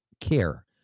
care